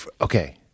Okay